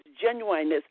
genuineness